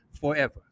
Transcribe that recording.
forever